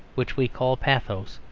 which we call pathos,